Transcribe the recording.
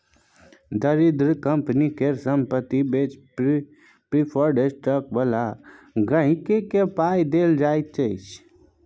दरिद्र कंपनी केर संपत्ति बेचि प्रिफर्ड स्टॉक बला गांहिकी केँ पाइ देल जेतै